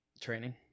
training